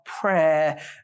prayer